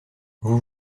vous